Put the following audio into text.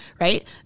right